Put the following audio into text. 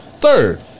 Third